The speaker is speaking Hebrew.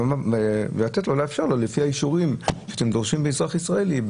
צריך לאפשר לו בהתאם לאזרחים שדורשים מאזרח ישראלי,